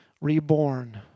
reborn